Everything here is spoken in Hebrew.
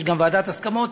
יש גם ועדת הסכמות.